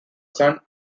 sun